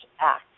act